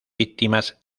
víctimas